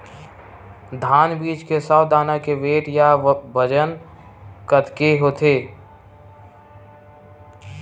धान बीज के सौ दाना के वेट या बजन कतके होथे?